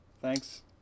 Thanks